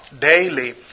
daily